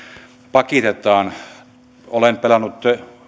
pakitetaan että olen pelannut